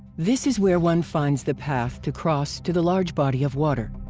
this is where one finds the path to cross to the large body of water.